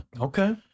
Okay